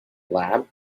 lab